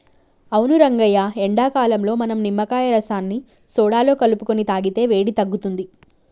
అవును రంగయ్య ఎండాకాలంలో మనం నిమ్మకాయ రసాన్ని సోడాలో కలుపుకొని తాగితే వేడి తగ్గుతుంది